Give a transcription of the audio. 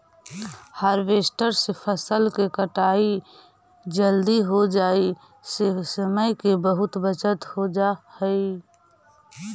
harvester से फसल के कटाई जल्दी हो जाई से समय के बहुत बचत हो जाऽ हई